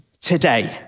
today